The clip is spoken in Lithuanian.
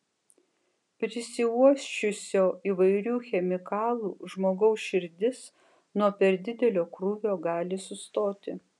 prisiuosčiusio įvairių chemikalų žmogaus širdis nuo per didelio krūvio gali sustoti